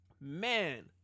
man